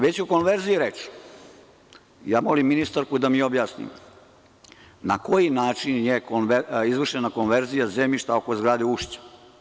Kada je već o konverziji reč, molim ministarku da mi objasni na koji način je izvršena konverzija zemljišta oko zgrade Ušća.